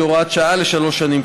כהוראת שעה לשלוש שנים,